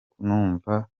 kumva